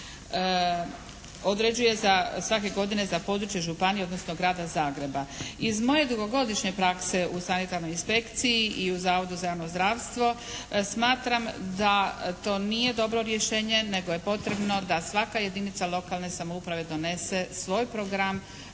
određuje za, svake godine za područje županije odnosno grada Zagreba. Iz moje dugogodišnje prakse u sanitarnoj inspekciji i u Zavodu za javno zdravstvo smatram da to nije dobro rješenje nego je potrebno da svaka jedinica lokalne samouprave donese svoj program